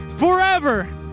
forever